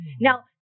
Now